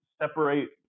separate